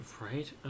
Right